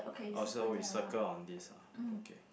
oh so we circle on this ah okay